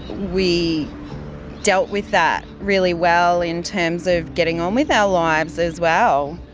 we dealt with that really well in terms of getting on with our lives as well.